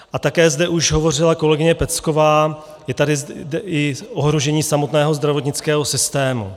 A také zde už hovořila kolegyně Pecková, je tady i ohrožení samotného zdravotnického systému.